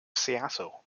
seattle